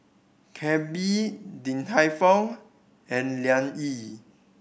Calbee Din Tai Fung and Liang Yi